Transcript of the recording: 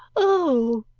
oh!